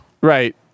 right